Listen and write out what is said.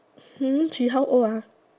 she how old